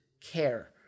care